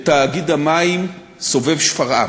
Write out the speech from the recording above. בתאגיד המים סובב-שפרעם,